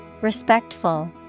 Respectful